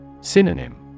Synonym